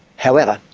however,